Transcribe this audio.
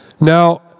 Now